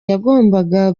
yagombaga